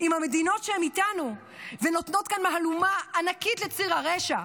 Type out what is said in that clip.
עם המדינות שהן איתנו ונותנות כאן מהלומה ענקית לציר הרשע.